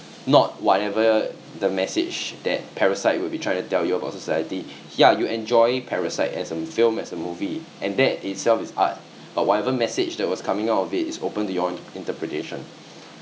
not whatever the message that parasite will be trying to tell you about society ya you enjoy parasite as a film as a movie and that itself is art but whatever message that was coming out of it is open to your interpretation